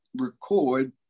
record